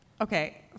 okay